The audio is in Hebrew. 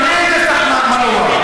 תמיד יש לך מה לומר,